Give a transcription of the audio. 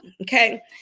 okay